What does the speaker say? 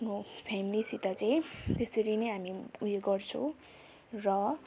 आफ्नो फेमेलीसित चाहिँ त्यसरी नै हामी उयो गर्छौँ र